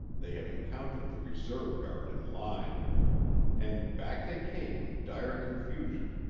they had encountered the reserve-guard in line and back they came in dire confusion,